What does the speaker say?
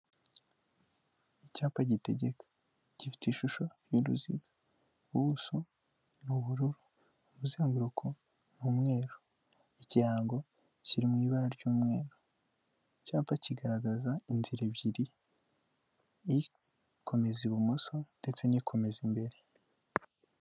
Icyapa gitegeka gifite ishusho y'uruziga. Ubuso ni ubururu. Umuzenguruko ni umweru. Ikirango kiri mu ibara ry'umweru. Icyapa kigaragaza inzira ebyiri, ikomeza ibumoso ndetse n'ikomeza imbere.